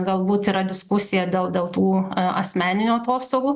galbūt yra diskusija dėl dėl tų asmeninių atostogų